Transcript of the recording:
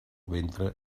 ventre